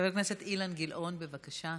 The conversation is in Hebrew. חבר הכנסת אילן גילאון, בבקשה,